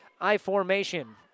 I-formation